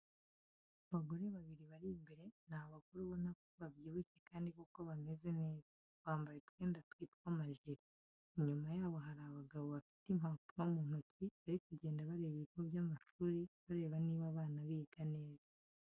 Abagore babiri bari imbere, ni abagore ubona babyibushye kandi koko bameze neza, bambaye utwenda twitwa ama jire. Inyuba yabo hari abagabo bafite impapuro mu ntoki bari kugenda bareba ibigo by'amashuri bareba niba abana biga neza.